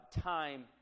time